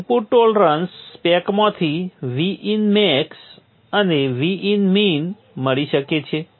input tolerance સ્પેકમાંથી Vinmax અને Vinmin મળી શકે છે